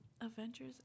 Avengers